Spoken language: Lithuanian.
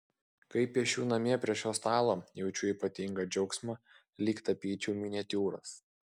kai piešiu namie prie šio stalo jaučiu ypatingą džiaugsmą lyg tapyčiau miniatiūras